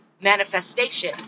manifestation